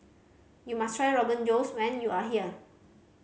you must try Rogan Josh when you are here